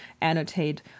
annotate